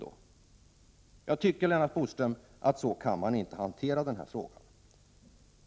Så kan man inte, Lennart Bodström, hantera den här frågan.